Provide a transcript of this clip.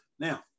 Now